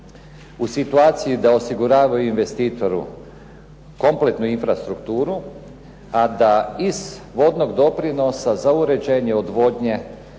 u situaciji da osiguravaju investitoru kompletnu infrastrukturu, a da iz vodnog doprinosa za uređenje odvodnje